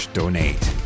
donate